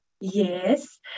yes